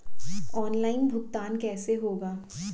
Online भुगतान कैसे होगा?